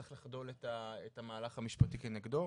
צריך לחדול את המהלך המשפטי כנגדו,